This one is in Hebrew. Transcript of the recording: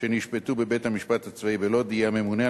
שנשפטו בבית-המשפט הצבאי בלוד יהיה הממונה על